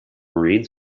marine